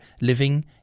living